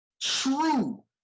true